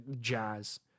jazz